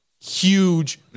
huge